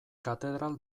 katedral